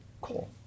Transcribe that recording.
Cool